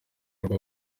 rugo